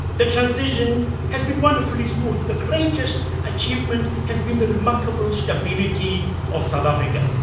the transition has been wonderfully smooth. the greatest achievement has been the remarkable stability of south africa.